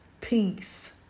peace